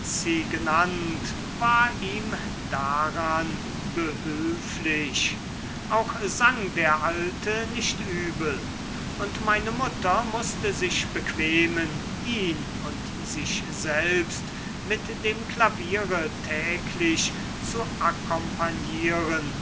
genannt war ihm daran behülflich auch sang der alte nicht übel und meine mutter mußte sich bequemen ihn und sich selbst mit dem klaviere täglich zu akkompagnieren